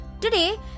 Today